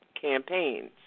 campaigns